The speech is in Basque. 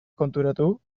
konturatu